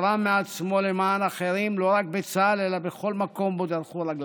תרם מעצמו למען אחרים לא רק בצה"ל אלא בכל מקום שבו דרכו רגליו.